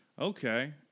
Okay